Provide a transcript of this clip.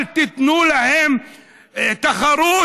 אל תיתנו להם תחרות,